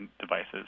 devices